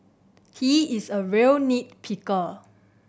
he is a real nit picker